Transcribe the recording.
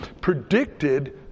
predicted